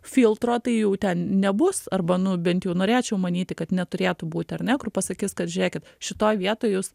filtro tai jau ten nebus arba nu bent jau norėčiau manyti kad neturėtų būti ar ne kur pasakys kad žiūrėkit šitoj vietoj jūs